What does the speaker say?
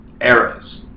eras